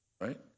right